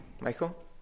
Michael